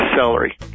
celery